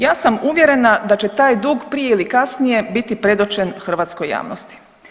Ja sam uvjerena da će taj dugo prije ili kasnije biti predočen hrvatskoj javnosti.